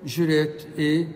žiūrėt į